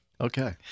Okay